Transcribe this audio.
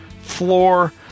floor